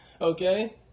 Okay